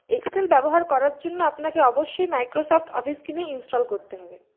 Excel ব্যবহার করার জন্য আপনাকে অবশ্যই মাইক্রোসফ্ট অফিস কিনে ইনস্টল করতে হবে